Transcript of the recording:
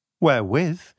wherewith